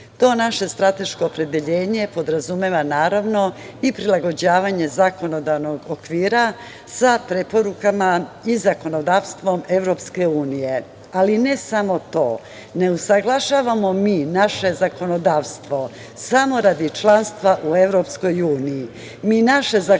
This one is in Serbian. EU.To naše strateško opredeljenje podrazumeva naravno i prilagođavanje zakonodavnog okvira, sa preporukama i zakonodavstvom EU.I, ne samo to, ne usaglašavamo mi naše zakonodavstvo samo radi članstva u EU, mi naše zakonodavstvo